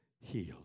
healed